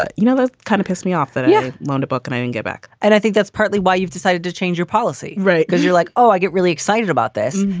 that you know ah kind of pissed me off that yeah loan book and i and get back and i think that's partly why you've decided to change your policy. right. because you're like, oh, i get really excited about this.